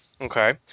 Okay